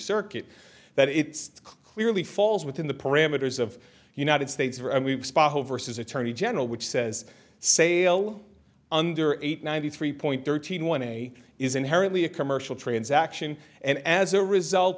circuit that it clearly falls within the parameters of united states attorney general which says sale under eight ninety three point thirteen one a is inherently a commercial transaction and as a result